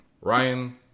Ryan